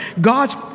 God's